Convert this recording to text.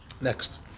Next